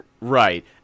Right